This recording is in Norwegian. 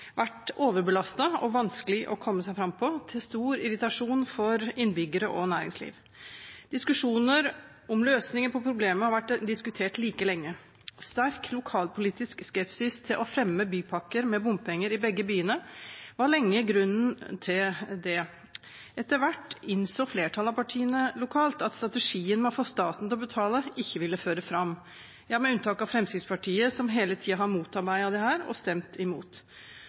vært overbelastet og vanskelig å komme seg fram på, til stor irritasjon for innbyggere og næringsliv. Diskusjoner om løsninger på problemene har foregått like lenge. Sterk lokalpolitisk skepsis til å fremme bypakker med bompenger i begge byene var lenge grunnen til det. Etter hvert innså flertallet av partiene lokalt at strategien med å få staten til å betale ikke ville føre fram – med unntak av Fremskrittspartiet, som hele tiden har motarbeidet dette og stemt imot.